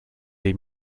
les